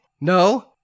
No